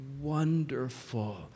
wonderful